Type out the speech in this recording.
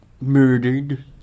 murdered